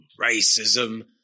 racism